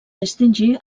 distingí